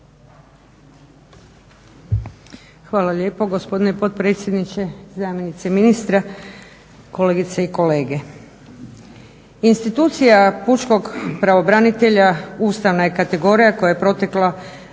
Hvala lijepo gospodine potpredsjedniče, zamjenice ministra, kolegice i kolege. Institucija pučkog pravobranitelja ustavna je kategorija koja je protekla